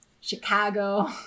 Chicago